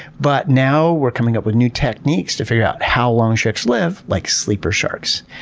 but now we're coming up with new techniques to figure out how long sharks live, like sleeper sharks,